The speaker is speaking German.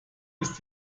ist